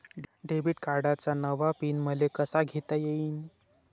Debit कार्डचा नवा PIN मले कसा घेता येईन?